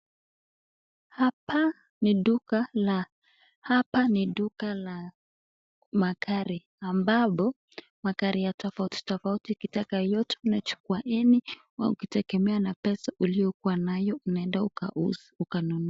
Hapa ni duka la, hapa ni duka la magari ambapo magari ya tofauti tofauti ukitaka yoyote unachukua any au ukitegemea na pesa uliyokuwa nayo unaenda ukauze ukanunue.